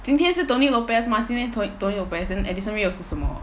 今天是 tony lopez mah 今天 to~ tony lopez then edison ray 又是什么